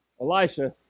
Elisha